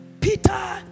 Peter